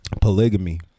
polygamy